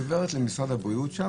היא עוברת למשרד הבריאות.